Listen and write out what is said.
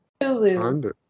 Hulu